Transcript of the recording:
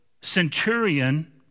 centurion